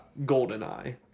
Goldeneye